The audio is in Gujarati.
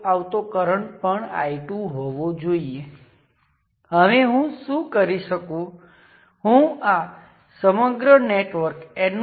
નોર્ટનના ઇક્વિવેલન્સને બદલે ઇક્વિવેલન્સ અને તેથી વધુ